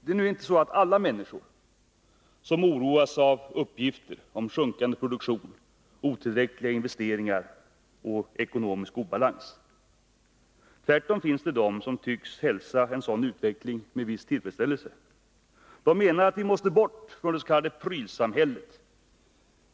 Det är inte alla människor som oroas av uppgifter om sjunkande produktion, otillräckliga investeringar och ekonomisk obalans. Tvärtom finns det de som tycks hälsa en sådan utveckling med viss tillfredsställelse. De menar att vi måste bort från det s.k. prylsamhället.